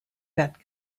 that